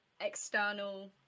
external